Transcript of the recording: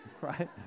right